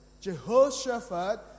Jehoshaphat